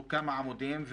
שהוא כמה עמודים,